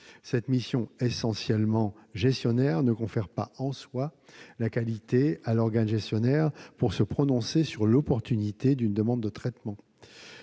Cette mission, essentiellement gestionnaire, ne confère pas en soi la qualité à l'organe gestionnaire pour se prononcer sur l'opportunité d'une demande de traitement.